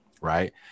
right